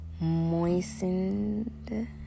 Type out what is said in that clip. moistened